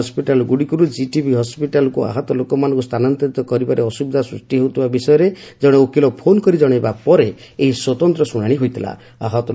ଛୋଟଛୋଟ ହସ୍କିଟାଲ ଗୁଡ଼ିକରୁ ଜିଟିବି ହସ୍କିଟାଲକୁ ଆହତ ଲୋକମାନଙ୍କୁ ସ୍ଥାନାନ୍ତରିତ କରିବାରେ ଅସୁବିଧା ସୃଷ୍ଟି ହେଉଥିବା ବିଷୟ ଜଣେ ଓକିଲ ଫୋନ୍ କରି ଜଣାଇବା ପରେ ଏହି ସ୍ୱତନ୍ତ୍ର ଶୁଣାଣି ହୋଇଥିଲା